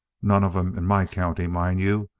none of em in my county, mind you,